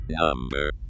Number